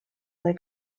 they